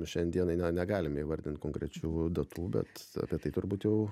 šiandienai ne negalime įvardinti konkrečių datų bet apie tai turbūt jau